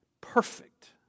perfect